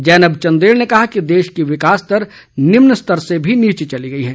जैनब चंदेल ने कहा कि देश की विकास दर निम्न स्तर से भी नीचे चली गई है